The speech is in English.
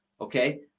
Okay